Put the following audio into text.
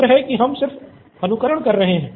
शुक्र है कि हम सिर्फ अनुकरण कर रहे हैं